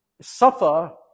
suffer